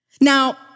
Now